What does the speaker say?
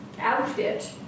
outfit